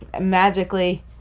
magically